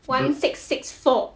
one six six four